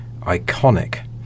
iconic